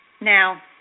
Now